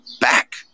back